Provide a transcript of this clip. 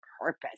purpose